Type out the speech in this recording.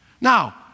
Now